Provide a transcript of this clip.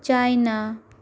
China